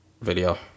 video